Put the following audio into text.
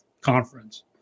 conference